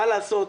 מה לעשות,